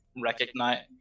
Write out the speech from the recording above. recognize